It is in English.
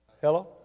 Hello